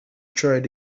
tried